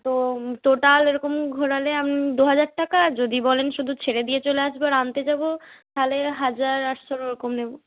তো টোটাল এরকম ঘোরালে দুহাজার টাকা আর যদি বলেন শুধু ছেড়ে দিয়ে চলে আসবো আর আনতে যাব তাহলে হাজার আটশোর ওরকম নেব